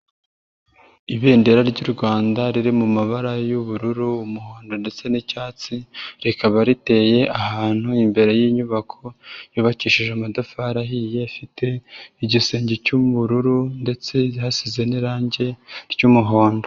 Ibendera ry'u Rwanda riri mu mu mabara y'ubururu, umuhondo ndetse n'icyatsi, rikaba riteye ahantu imbere y'inyubako yubakishije amatafari ahiye, ifite igisenge cy'ubururu ndetse hasize n'irangi ry'umuhondo.